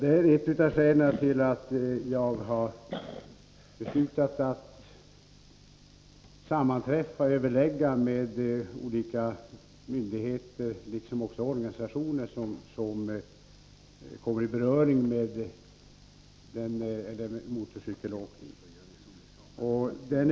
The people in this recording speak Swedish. Det är ett av skälen till att jag har beslutat att överlägga med olika myndigheter liksom också med organisationer som kommer i beröring med motorcykelåkning.